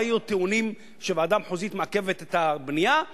לא היו טיעונים שוועדה מחוזית מעכבת את הבנייה.